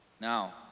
now